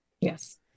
Yes